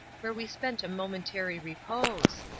where we spent a momentary repose.